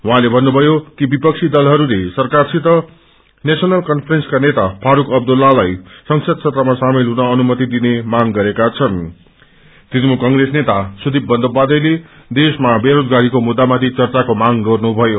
उहाँले भन्नुषयो कि विपबी दलहरूले सरक्वरसित नेशनल कन्फ्रेन्सका नेता फास्ख अब्दुल्लालाई संसद सत्रामा सामेल हुने अनुमति दिने मांग राखेका छन्ने तृणमूल क्प्रेस नेता सुदीप बन्दोपाध्यायले देशमा वेरोजगारीको मुप्रामाथि चर्चाको म्रां गन्नुभयो